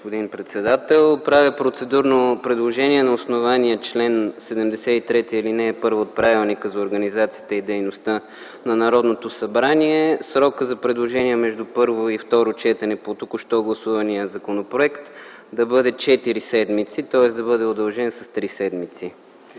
господин председател. Правя процедурно предложение на основание чл. 73, ал. 1 от Правилника за организацията и дейността на Народното събрание – срокът за предложения между първо и второ четене по току-що гласувания законопроект да бъде четири седмици, тоест да бъде удължен с три седмици